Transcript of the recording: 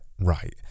right